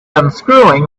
unscrewing